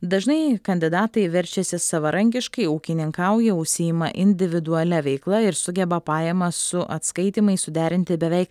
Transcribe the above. dažnai kandidatai verčiasi savarankiškai ūkininkauja užsiima individualia veikla ir sugeba pajamas su atskaitymais suderinti beveik